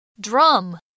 Drum